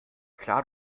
klar